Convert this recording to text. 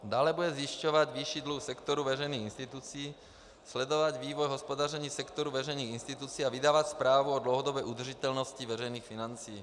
Dále bude zjišťovat výši dluhu sektoru veřejných institucí, sledovat vývoj hospodaření sektoru veřejných institucí a vydávat zprávu o dlouhodobé udržitelnosti veřejných financí.